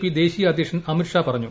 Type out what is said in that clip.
P ദേശീയാധ്യക്ഷൻ Amit Shah പറഞ്ഞു